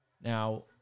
Now